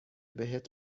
بهت